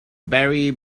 barry